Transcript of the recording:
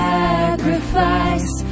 sacrifice